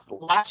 last